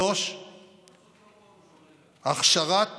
3. הכשרת